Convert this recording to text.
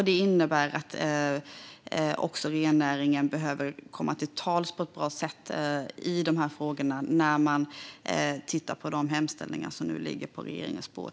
Det innebär att också rennäringen behöver komma till tals på ett bra sätt i dessa frågor när man tittar på de hemställningar som nu ligger på regeringens bord.